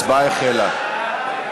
ההצבעה החלה.